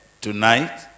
tonight